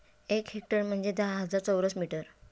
एक हेक्टर म्हणजे दहा हजार चौरस मीटर